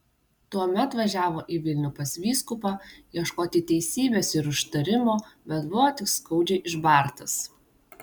tuomet važiavo į vilnių pas vyskupą ieškoti teisybės ir užtarimo bet buvo tik skaudžiai išbartas